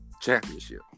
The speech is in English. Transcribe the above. Championship